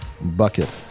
bucket